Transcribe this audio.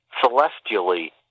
celestially